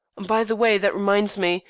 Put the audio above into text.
by the way, that reminds me.